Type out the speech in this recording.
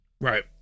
Right